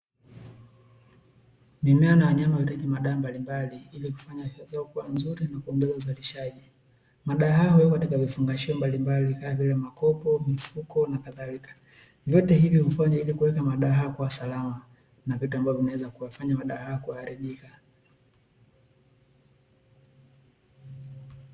Mimea na wanyama huitaji madawa mbalimbali, ili kufanya afya zao kuwa nzuri na kuongeza uzalishaji, madawa haya huwekwa katika vifungashio mbalimbali kama vile; makopo, mifuko na kadhalika, vyote hivyo hufanywa ili kuweka madawa haya kuwa salama na vitu ambavyo huweza kuvifanya madawa haya kuharibika.